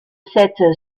cette